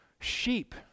sheep